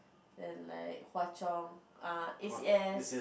and like Hwa Chong err A_C_S